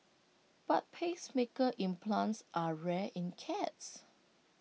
but pacemaker implants are rare in cats